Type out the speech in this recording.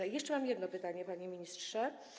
I jeszcze mam jedno pytanie, panie ministrze.